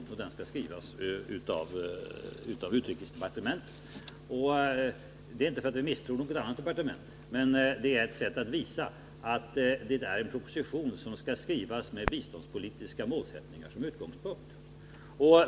Propositionen skall skrivas av utrikesdepartementet, inte därför att vi misstror något annat departement, utan därför att det är ett sätt att visa att detta är en proposition som skall skrivas med biståndspolitiska målsättningar som utgångspunkt.